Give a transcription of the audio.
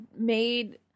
made